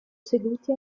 seduti